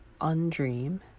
Undream